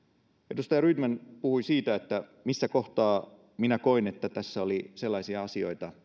edustaja rydman puhui siitä missä kohtaa tässä lakiesityksessä minä koin että oli sellaisia asioita